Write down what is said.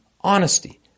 honesty